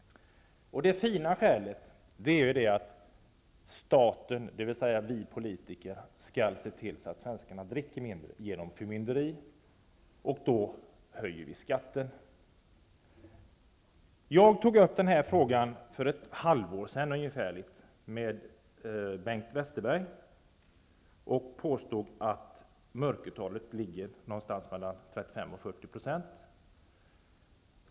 Det fina skälet är att staten, dvs. vi politiker, genom förmynderi, skall se till att svenskarna dricker mindre, och då höjer vi skatten. Jag tog upp den här frågan för ett halvår sedan med Bengt Westerberg och påstod att mörkertalet är någonstans mellan 35 och 40 %.